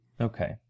Okay